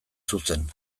zuzen